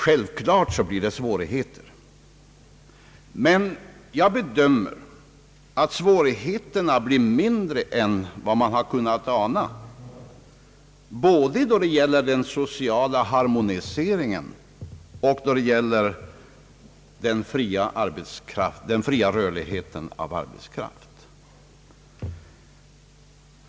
Självfallet blir det svårigheter, men jag bedömer att dessa blir mindre än vad man kunnat ana både då det gäller den sociala harmonieringen och då det gäller arbetskraftens fria rörlighet.